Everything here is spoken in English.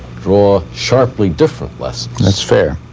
draw sharply different lessons. that's fair.